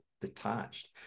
detached